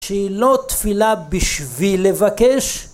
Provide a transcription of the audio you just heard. שהיא לא תפילה בשביל לבקש